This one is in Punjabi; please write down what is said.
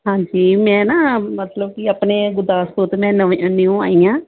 ਹਾਂਜੀ ਮੈਂ ਨਾ ਮਤਲਬ ਆਪਣੇ ਗੁਰਦਾਸਪੁਰ ਤੇ ਮੈਂ ਨਾ ਨਮ ਨਿਊ ਆਈ ਹਾਂ